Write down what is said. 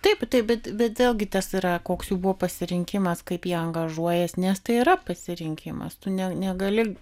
taip taip bet bet vėlgi tas yra koks buvo pasirinkimas kaip jie angažuojasi nes tai yra pasirinkimas tu ne negali